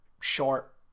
short